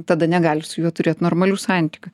tada negali su juo turėt normalių santykių